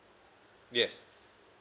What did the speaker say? yes